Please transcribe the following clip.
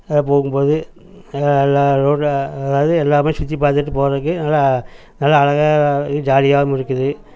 போகும் போது எல்லோரோட அதாவது எல்லாமே சுற்றி பார்த்துட்டு போகிறதுக்கு நல்லா நல்லா அழகாக ஜாலியாகவும் இருக்குது